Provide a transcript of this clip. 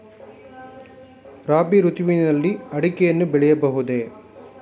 ರಾಬಿ ಋತುವಿನಲ್ಲಿ ಅಡಿಕೆಯನ್ನು ಬೆಳೆಯಬಹುದೇ?